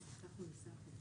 שלום.